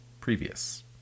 previous